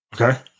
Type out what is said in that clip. Okay